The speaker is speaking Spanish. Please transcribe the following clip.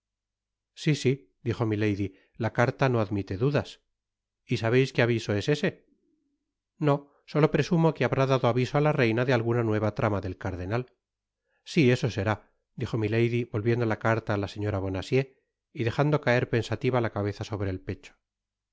si si dijo milady la carta no admite dudas y sab is qué aviso es ese no solo presumo que habrá dado aviso á la reina de alguna nueva trama del cardenal si eso será dijo milady volviendo la carta á la señora bonacieux y dejando caer pensativa la cabeza sobre el pecho